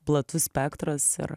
platus spektras ir